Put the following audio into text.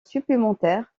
supplémentaire